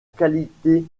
qualité